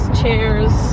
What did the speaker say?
chairs